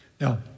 Now